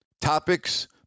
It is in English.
topics